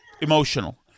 emotional